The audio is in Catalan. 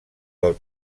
del